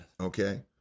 okay